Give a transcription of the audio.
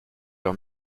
leur